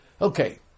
okay